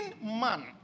man